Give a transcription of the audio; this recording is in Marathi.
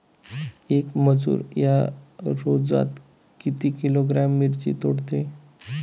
येक मजूर या रोजात किती किलोग्रॅम मिरची तोडते?